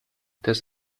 des